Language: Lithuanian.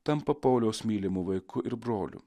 tampa pauliaus mylimu vaiku ir broliu